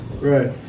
right